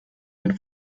den